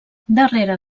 darrere